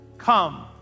Come